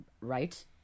right